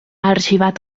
arxivat